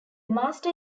master